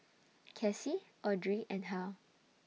Kaci Audrey and Hal